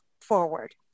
forward